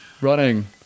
Running